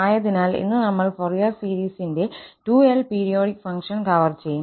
ആയതിനാൽ ഇന്ന് നമ്മൾ ഫോറിയർ സീരീസ് ൻ്റേ 2l പീരിയോഡിക് ഫംഗ്ഷൻ കവർ ചെയ്യും